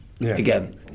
again